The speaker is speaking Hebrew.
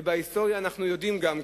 ומההיסטוריה אנחנו יודעים גם,